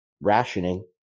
rationing